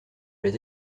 les